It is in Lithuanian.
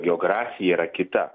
geografija yra kita